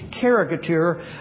caricature